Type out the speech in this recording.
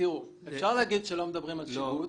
אפשר לומר שלא מדברים על שיבוץ.